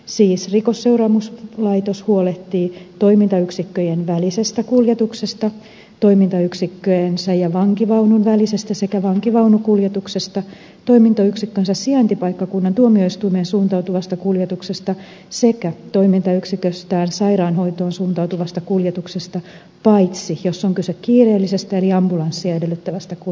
siis rikosseuraamuslaitos huolehtii toimintayksikköjen välisestä kuljetuksesta toimintayksikköjensä ja vankivaunun välisestä samoin vankivaunukuljetuksesta toimintayksikkönsä sijaintipaikkakunnan tuomioistuimeen suuntautuvasta kuljetuksesta sekä toimintayksiköstään sairaanhoitoon suuntautuvasta kuljetuksesta paitsi jos on kyse kiireellisestä eli ambulanssia edellyttävästä kuljetuksesta